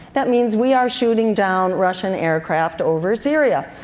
that means we are shooting down russian aircraft over syria.